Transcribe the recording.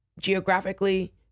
geographically